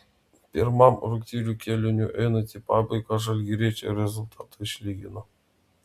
pirmam rungtynių kėliniui einant į pabaigą žalgiriečiai rezultatą išlygino